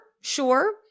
sure